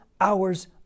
hours